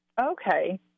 Okay